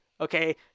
okay